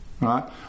right